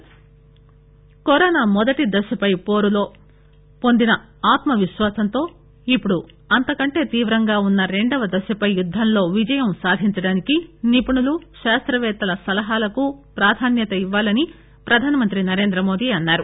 మస్ Ki Baat corona మొదటి దశపై పోరుతో పొందిన ఆత్మవిశ్వాసం తో ఇప్పుడు అంతకంటె తీవ్రంగా ఉన్న రెండవ దశపై యుద్గంలో విజయం సాధించడానికి నిపుణులు శాస్తవేత్తల సలహాలకు ప్రాధాన్యత ఇవ్వాలని ప్రధానమంత్రి నరేంద్రమోదీ అన్నారు